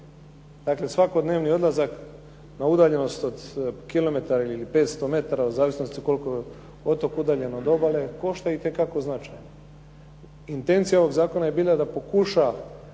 Dakle, svakodnevni odlazak na udaljenost od kilometar ili 500 metara od zavisnosti koliko je otok udaljen od obale košta itekako značajno. Intencija ovog zakona je bila da pokuša